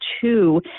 two